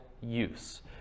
use